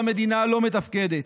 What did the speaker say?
והמדינה לא מתפקדת.